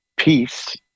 peace